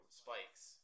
spikes